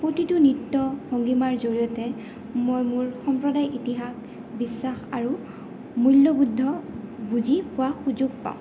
প্ৰতিটো নৃত্য ভংগীমাৰ জৰিয়তে মই মোৰ সম্প্ৰদায় ইতিহাস বিশ্বাস আৰু মূল্যবুদ্ধ বুজি পোৱা সুযোগ পাওঁ